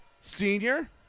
senior